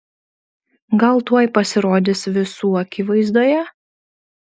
gal tuoj pasirodys visų akivaizdoje